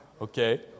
Okay